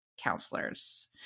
counselors